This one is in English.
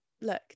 look